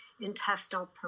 intestinal